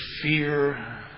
fear